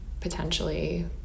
potentially